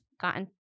gotten